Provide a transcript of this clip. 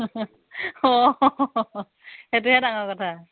সেইটোহে ডাঙৰ কথা